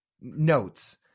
notes